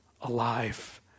alive